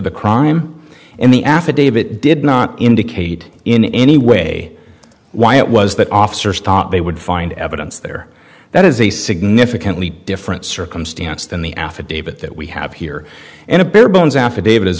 the crime and the affidavit did not indicate in any way why it was that officers thought they would find evidence there that is a significantly different circumstance than the affidavit that we have here and a barebones affidavit